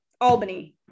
albany